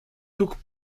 took